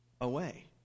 away